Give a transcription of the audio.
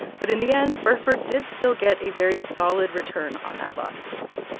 but in the end, burford did still get a very solid return on that lawsuit.